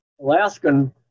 Alaskan